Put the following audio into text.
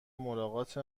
ملاقات